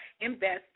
investing